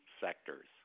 sectors